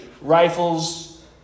Rifles